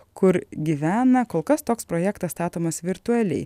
kur gyvena kol kas toks projektas statomas virtualiai